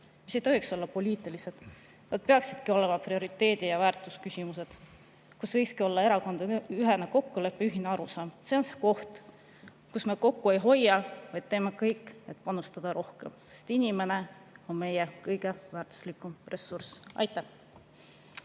mis ei tohiks olla poliitilised. Need peaksidki olema prioriteedi‑ ja väärtusküsimused, kus võikski olla erakondadeülene kokkulepe, ühine arusaam. See on see koht, kus me kokku ei hoia, vaid teeme kõik, et panustada rohkem, sest inimene on meie kõige väärtuslikum ressurss. Aitäh!